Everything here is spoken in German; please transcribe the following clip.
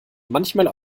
manchmal